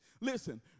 listen